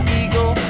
eagle